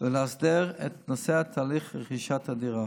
ולהסדיר את נושא תהליך רכישת הדירה.